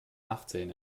nachtsehen